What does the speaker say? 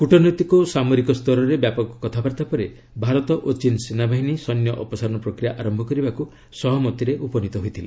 କୃଟନୈତିକ ଓ ସାମରିକ ସ୍ତରରେ ବ୍ୟାପକ କଥାବାର୍ତ୍ତା ପରେ ଭାରତ ଓ ଚୀନ ସେନାବାହିନୀ ସୈନ୍ୟ ଅପସାରଣ ପ୍ରକ୍ରିୟା ଆରମ୍ଭ କରିବାକୁ ସହମତିରେ ଉପନୀତ ହୋଇଥିଲେ